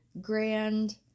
grand